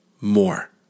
more